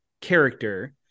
character